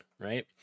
right